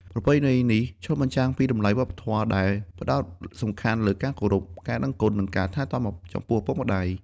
ប្រពៃណីនេះ ឆ្លុះបញ្ចាំងពីតម្លៃវប្បធម៌ខ្មែរ ដែលផ្ដោតសំខាន់លើការគោរព ការដឹងគុណ និងការថែទាំចំពោះឪពុកម្តាយ។